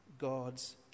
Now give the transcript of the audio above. God's